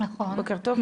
בוקר טוב.